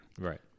Right